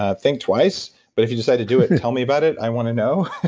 ah think twice. but if you decide to do it and tell me about it, i want to know